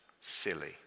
Silly